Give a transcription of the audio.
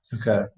okay